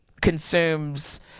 consumes